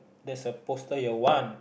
there supposed your want